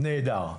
נהדר.